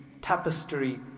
tapestry